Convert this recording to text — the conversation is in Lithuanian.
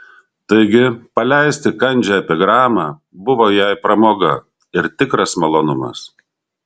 taigi paleisti kandžią epigramą buvo jai pramoga ir tikras malonumas